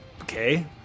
Okay